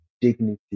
dignity